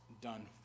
done